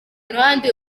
uruhande